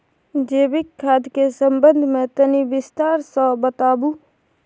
जैविक खाद के संबंध मे तनि विस्तार स बताबू?